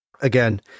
again